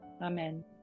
amen